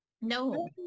no